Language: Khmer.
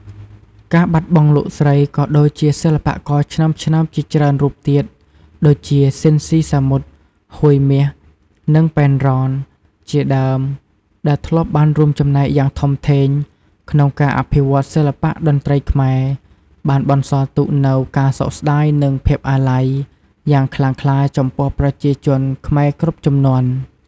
ការបាត់បង់លោកស្រី ក៏ដូចជាសិល្បករឆ្នើមៗជាច្រើនរូបទៀត ដូចជា ស៊ីន ស៊ីសាមុត ហួយមាស និង ប៉ែនរ៉ន ជាដើម ដែលធ្លាប់បានរួមចំណែកយ៉ាងធំធេងក្នុងការអភិវឌ្ឍសិល្បៈតន្ត្រីខ្មែរ បានបន្សល់ទុកនូវ ការសោកស្ដាយ និង ភាពអាល័យ យ៉ាងខ្លាំងក្លាចំពោះប្រជាជនខ្មែរគ្រប់ជំនាន់។